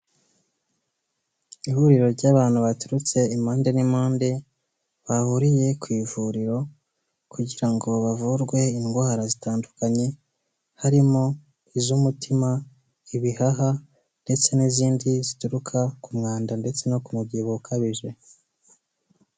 Ihuriro ry'abantu baturutse impande n'impande bahuriye ku ivuriro kugira ngo bavurwe indwara zitandukanye, harimo iz'umutima ibihaha ndetse n'izindi zituruka ku mwanda ndetse no ku mubyibuho ukabije.